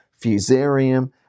fusarium